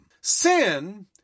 Sin